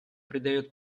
придает